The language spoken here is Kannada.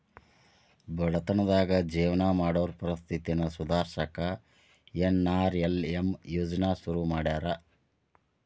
ಬಡತನದಾಗ ಜೇವನ ಮಾಡೋರ್ ಪರಿಸ್ಥಿತಿನ ಸುಧಾರ್ಸಕ ಎನ್.ಆರ್.ಎಲ್.ಎಂ ಯೋಜ್ನಾ ಶುರು ಮಾಡ್ಯಾರ